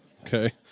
Okay